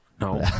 No